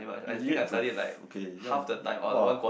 yet to f~ okay ya !wah!